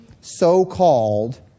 so-called